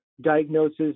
diagnosis